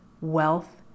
wealth